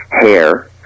hair